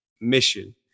mission